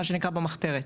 מה שנקרא במחתרת.